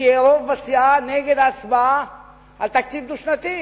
שיהיה רוב בסיעה נגד הצבעה על תקציב דו-שנתי.